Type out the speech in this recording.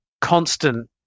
constant